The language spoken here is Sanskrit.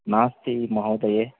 नास्ति महोदये